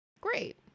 Great